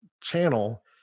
channel